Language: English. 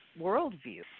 worldview